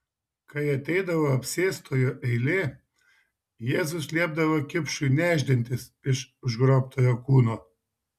kai ateidavo apsėstojo eilė jėzus liepdavo kipšui nešdintis iš užgrobtojo kūno